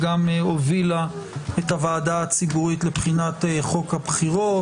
שגם הובילה את הוועדה הציבורית לבחינת חוק הבחירות,